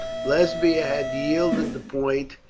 lesbia had yielded the point,